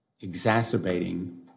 exacerbating